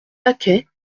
lacay